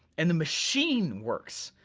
and the machine works,